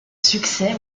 succès